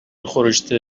خورشت